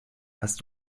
hast